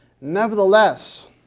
Nevertheless